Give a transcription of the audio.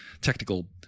technical